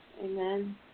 Amen